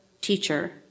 teacher